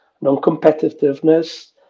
non-competitiveness